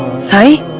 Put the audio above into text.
say